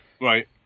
Right